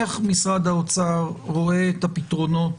איך משרד האוצר רואה את הפתרונות